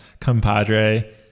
compadre